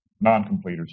non-completers